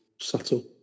subtle